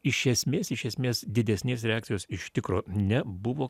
iš esmės iš esmės didesnės reakcijos iš tikro nebuvo